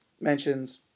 mentions